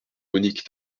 monique